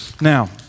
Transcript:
Now